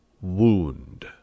wound